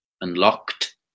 unlocked